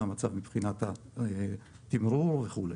מה המצב מבחינת התמרור וכולי.